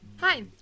Hi